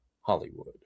Hollywood